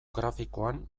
grafikoan